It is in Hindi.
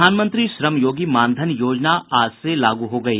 प्रधानमंत्री श्रम योगी मान धन योजना आज से लागू हो गयी